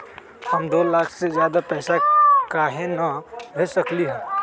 हम दो लाख से ज्यादा पैसा काहे न भेज सकली ह?